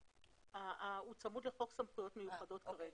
כרגע הוא צמוד לחוק סמכויות מיוחדות.